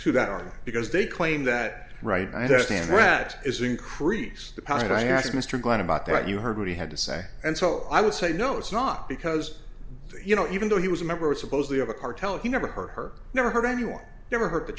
to that on because they claim that right i stand rat is increase the pound i asked mr glenn about that you heard what he had to say and so i would say no it's not because you know even though he was a member supposedly of a cartel he never hurt her never hurt anyone never hurt the